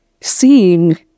seeing